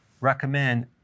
recommend